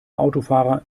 autofahrer